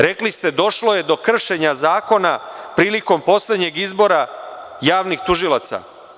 Rekli ste - došlo je do kršenja zakona prilikom poslednjeg izbora javnih tužilaca.